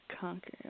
Conquer